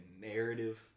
narrative